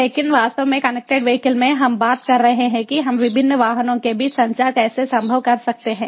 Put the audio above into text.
लेकिन वास्तव में कनेक्टेड वीहिकल में हम बात कर रहे हैं कि हम विभिन्न वाहनों के बीच संचार कैसे संभव कर सकते हैं